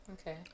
okay